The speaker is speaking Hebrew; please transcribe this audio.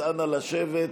אז אנא, לשבת.